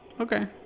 Okay